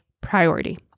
priority